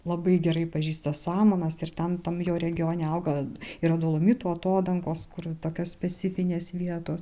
labai gerai pažįsta samanas ir ten tam jo regione auga yra dolomitų atodangos kur tokios specifinės vietos